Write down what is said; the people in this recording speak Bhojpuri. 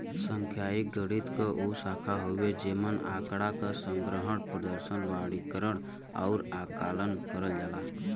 सांख्यिकी गणित क उ शाखा हउवे जेमन आँकड़ा क संग्रहण, प्रदर्शन, वर्गीकरण आउर आकलन करल जाला